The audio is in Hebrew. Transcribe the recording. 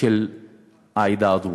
של העדה הדרוזית,